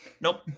nope